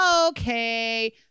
okay